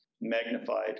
magnified